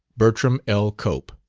bertram l. cope